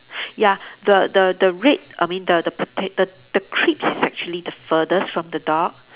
ya the the the red I mean the the potat~ the the crisps is actually the furthest from the dog